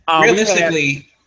Realistically